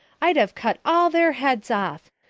i'd have cut all their heads off.